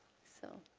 so.